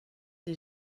des